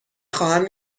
خواهم